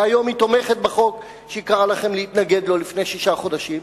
והיום היא תומכת בחוק שהיא קראה לכם להתנגד לו לפני שישה חודשים.